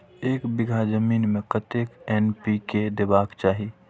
एक बिघा जमीन में कतेक एन.पी.के देबाक चाही?